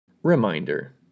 Reminder